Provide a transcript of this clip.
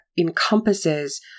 encompasses